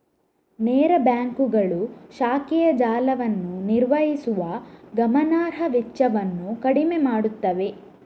ನೇರ ಬ್ಯಾಂಕುಗಳು ಶಾಖೆಯ ಜಾಲವನ್ನು ನಿರ್ವಹಿಸುವ ಗಮನಾರ್ಹ ವೆಚ್ಚವನ್ನು ಕಡಿಮೆ ಮಾಡುತ್ತವೆ